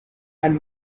and